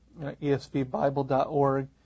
ESVBible.org